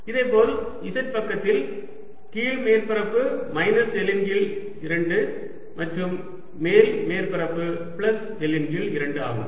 இதேபோல் z பக்கத்தில் கீழ் மேற்பரப்பு மைனஸ் L இன் கீழ் 2 மற்றும் மேல் மேற்பரப்பு பிளஸ் L இன் கீழ் 2 ஆகும்